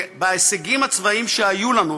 בהישגים הצבאיים שהיו לנו,